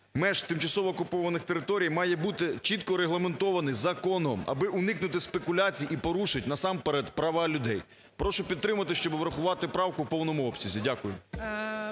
меж тимчасово окупованих територій має бути чітко регламентований законом, аби уникнути спекуляцій і порушень, насамперед, права людей. Прошу підтримати, щоб врахувати правку у повному обсязі. Дякую.